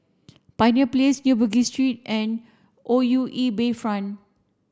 Pioneer Place New Bugis Street and O U E Bayfront